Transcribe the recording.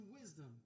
wisdom